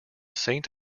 saint